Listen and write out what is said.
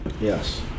Yes